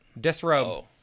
disrobe